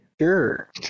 Sure